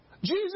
Jesus